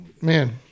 man